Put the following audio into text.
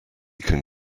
can